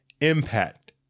impact